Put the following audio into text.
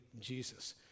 Jesus